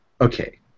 okay